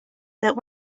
that